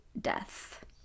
death